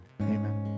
amen